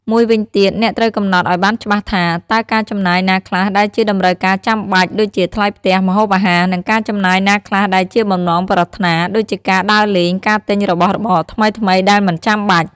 មួយវិញទៀត អ្នកត្រូវកំណត់ឱ្យបានច្បាស់ថា តើការចំណាយណាខ្លះដែលជាតម្រូវការចាំបាច់ ដូចជាថ្លៃផ្ទះ ម្ហូបអាហារ និងការចំណាយណាខ្លះដែលជាបំណងប្រាថ្នា ដូចជាការដើរលេង ការទិញរបស់របរថ្មីៗដែលមិនចាំបាច់។